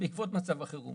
בעקבות מצב החירום,